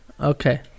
Okay